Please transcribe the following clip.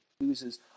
Loses